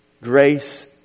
Grace